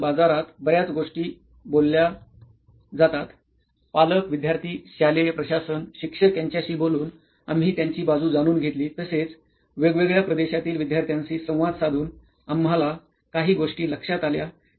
याबद्दल बाजारात बऱ्याच गोष्टी बोलल्या जातात पालक विध्यार्थी शालेय प्रशासन शिक्षक यांच्याशी बोलून आम्ही त्यांची बाजू जाणून घेतली तसेच वेगवेगळ्या प्रदेशातील विद्यार्थ्यांशी संवाद साधून आम्हाला काही गोष्टी लक्षात आल्या